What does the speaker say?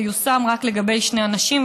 זה יושם רק לגבי שני אנשים,